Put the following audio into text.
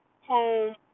home